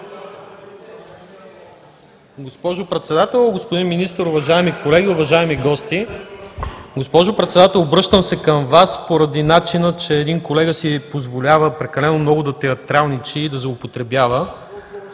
Госпожо Председател, господин Министър, уважаеми колеги, уважаеми гости! Госпожо Председател, обръщам се към Вас поради това, че един колега си позволява прекалено много да театралничи и да злоупотребява.